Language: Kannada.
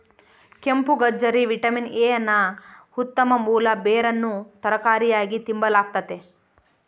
ಕೆಂಪುಗಜ್ಜರಿ ವಿಟಮಿನ್ ಎ ನ ಉತ್ತಮ ಮೂಲ ಬೇರನ್ನು ತರಕಾರಿಯಾಗಿ ತಿಂಬಲಾಗ್ತತೆ